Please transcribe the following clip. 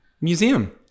Museum